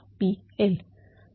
IP